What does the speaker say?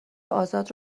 آزاد